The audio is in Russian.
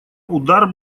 удар